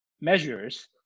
measures